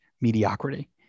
mediocrity